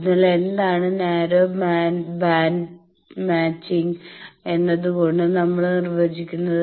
അതിനാൽ എന്താണ് narrow band matching എന്നതുകൊണ്ട് നമ്മൾ നിർവ്വചിക്കുന്നത്